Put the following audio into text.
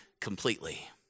completely